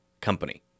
company